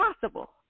possible